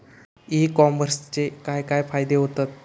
E कॉमर्सचे काय काय फायदे होतत?